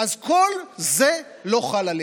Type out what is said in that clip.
אז כל זה לא חל עליהם.